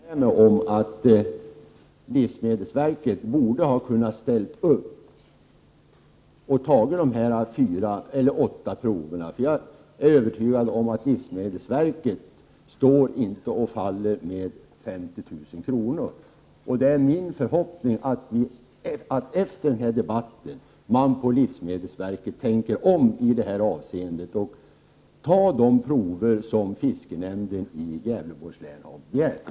Under perioden 1980-1987 har från viltskadefonden i Jämtlands län överförts ca 7,5 milj.kr. till viltskaderegleringsfonden. Under samma period har det inte överförts några medel tillbaka till länet. I Jämtlands län har skador orsakade av älg uppkommit på skogen motsvarande flera hundratals miljoner kronor. Är jordbruksministern beredd att ta initiativ till sådana förändringar i viltskadeförordningen att ersättning ur viltskadefonden utgår även till skador på skog?